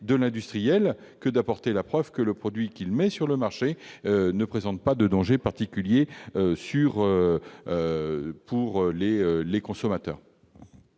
à l'industriel d'apporter la preuve que le produit qu'il met sur le marché ne présente aucun danger particulier pour les consommateurs.